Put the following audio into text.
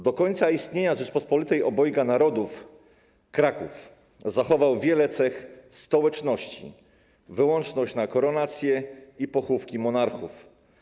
Do końca istnienia Rzeczypospolitej Obojga Narodów Kraków zachował wiele cech stołeczności, wyłączność na koronację i pochówki monarchów.